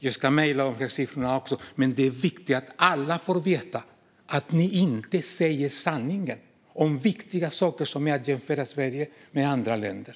Jag ska mejla siffrorna också, men det är viktigt att alla får veta att ni inte säger sanningen om viktiga saker när ni jämför Sverige med andra länder.